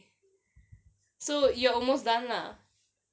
so you're almost done lah